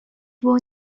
było